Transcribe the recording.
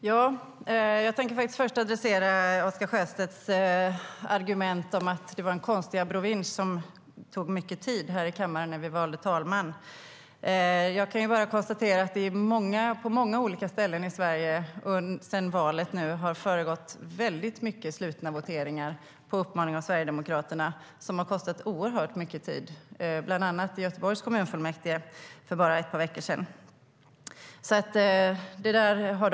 Herr talman! Jag tänkte först adressera Oscar Sjöstedts argument om att det var en konstig abrovinsch som tog mycket tid här i kammaren när vi valde talman. Jag kan bara konstatera att det på många olika ställen i Sverige sedan valet har förekommit väldigt många slutna voteringar på uppmaning av Sverigedemokraterna, bland annat i Göteborgs kommunfullmäktige för bara ett par veckor sedan. Det har kostat oerhört mycket tid.